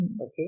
Okay